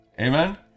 Amen